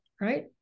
right